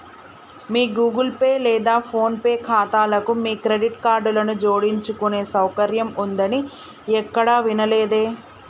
మీ Google Pay లేదా PhonePe ఖాతాలకు మీ క్రెడిట్ కార్డులను జోడించుకునే సౌకర్యం ఉందని ఎక్కడా వినలేదే